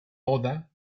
oda